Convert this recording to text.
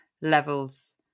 levels